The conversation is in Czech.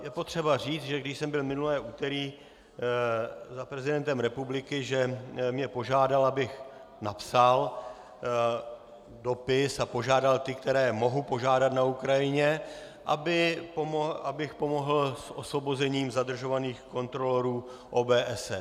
Je potřeba říct, že když jsem byl minulé úterý za prezidentem republiky, že mě požádal, abych napsal dopis a požádal ty, které mohu požádat na Ukrajině, abych pomohl s osvobozením zadržovaných kontrolorů OBSE.